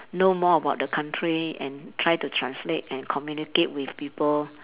know more about the country and try to translate and communicate with people